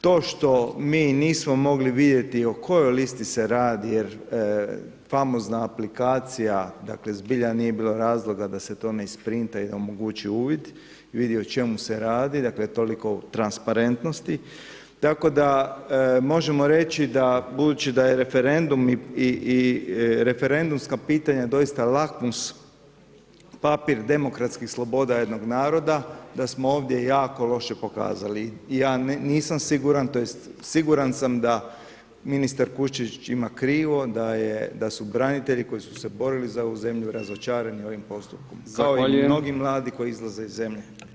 To što mi nismo mogli vidjeti o kojoj listi se radi jer famozna aplikacija, dakle zbilja nije bilo razloga da se to ne isprinta i omogući uvid i vidi o čemu se radi, dakle toliko o transparentnosti tako da, možemo reći da, budući da je referendum i referendumska pitanja doista lakmus papir demokratskih sloboda jednog naroda, da smo ovdje jako loše pokazali i ja nisam siguran tj. siguran sam da ministar Kušćević ima krivo, da je, da su branitelji koji su se borili za ovu zemlju razočarani ovim postupkom [[Upadica: Zahvaljujem]] , kao i mnogi mladi koji izlaze iz zemlje.